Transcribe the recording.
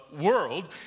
world